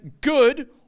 good